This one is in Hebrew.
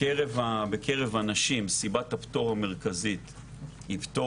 בקרב הנשים סיבת הפטור המרכזית היא פטור